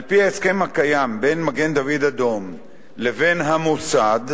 על-פי ההסכם הקיים בין מגן-דוד-אדום לבין המוסד,